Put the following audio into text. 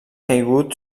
caigut